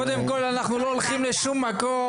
קודם כל אנחנו לא הולכים לשום מקום,